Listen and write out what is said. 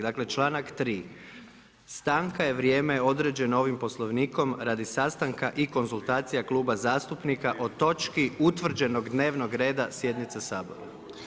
Dakle članak 3. „Stanka je vrijeme određeno ovim Poslovnikom radi sastanka i konzultacija kluba zastupnika o točki utvrđenog dnevnog reda sjednice Sabora“